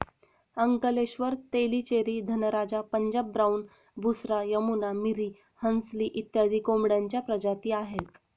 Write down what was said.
Ankleshwar, Tellicherry, Dhanraja, Punjab brown, Busra, Yamuna, Miri, Hansli इत्यादी कोंबड्यांच्या प्रजाती आहेत